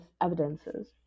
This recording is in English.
evidences